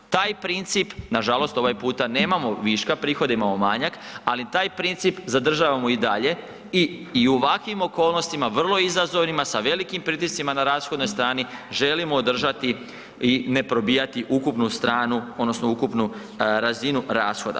Taj princip, nažalost ovaj puta nemamo viška prihoda imamo manjak, ali taj princip zadržavamo i dalje i u ovakvim okolnostima vrlo izazovnima sa velikim pritiscima na rashodnoj strani želimo održati i ne probijati ukupnu stranu odnosno ukupnu razinu rashoda.